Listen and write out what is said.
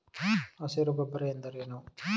ಹಸಿರು ಗೊಬ್ಬರ ಎಂದರೇನು?